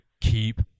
keep